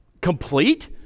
Complete